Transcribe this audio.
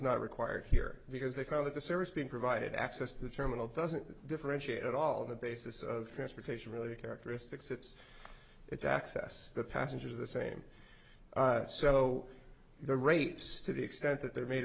not required here because they feel that the service being provided access to the terminal doesn't differentiate at all the basis of transportation really characteristics it's it's access the passenger the same so the rates to the extent that they're made